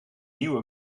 nieuwe